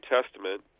Testament